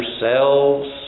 yourselves